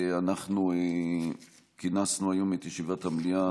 אנחנו כינסנו היום את ישיבת המליאה